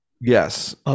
Yes